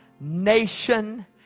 nation